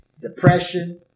depression